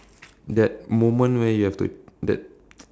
that moment where you have to that